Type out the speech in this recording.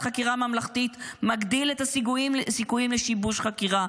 חקירה ממלכתית מגדיל את הסיכויים לשיבוש חקירה,